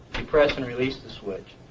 you press and release the switch.